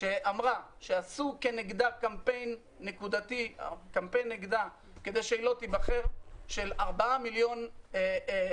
שאמרה שעשו נגדה קמפיין נקודתי כדי שהיא לא תיבחר של 4 מיליון דולר.